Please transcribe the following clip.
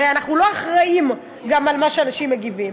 הרי אנחנו לא אחראים גם למה שאנשים מגיבים.